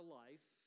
life